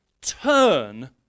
turn